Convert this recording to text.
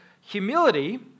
Humility